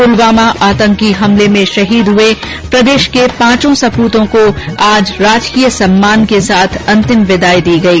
पुलवामा आतंकी हमले में शहीद हुए प्रदेश के पांचों सपूतों को आज राजकीय सम्मान के साथ अंतिम विदाई दी गई